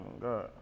God